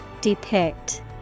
Depict